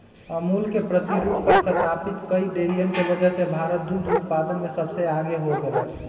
अमूल के प्रतिरूप पर स्तापित कई डेरियन के वजह से भारत दुग्ध उत्पादन में सबसे आगे हो गयलय